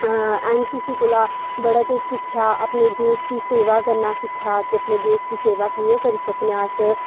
असें N C C कोला बड़ा किश सिक्खेआ अपने देश दी सेवा करना सिक्खेआ ते अपने देश दी सेवा कि'यां करी सकनेआं अस